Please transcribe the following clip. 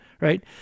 right